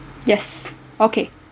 yes okay